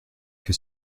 que